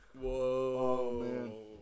Whoa